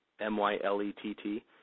M-Y-L-E-T-T